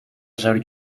zouden